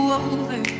over